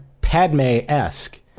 padme-esque